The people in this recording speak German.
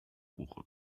buche